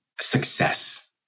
success